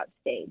stage